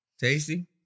tasty